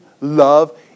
love